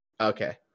Okay